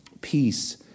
Peace